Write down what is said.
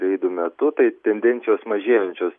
reidų metu tai tendencijos mažejančios